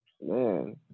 Man